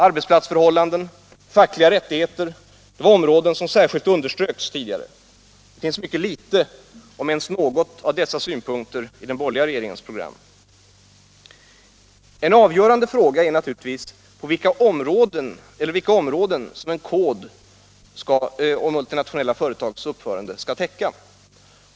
Arbetsplatsförhållandena och de fackliga rättigheterna var områden som särskilt underströks tidigare. Det finns mycket litet om ens något av dessa synpunkter i den borgerliga regeringens program. En avgörande fråga är naturligtvis vilka områden som en kod om mul tinationella företags uppförande skall täcka.